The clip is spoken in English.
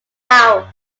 house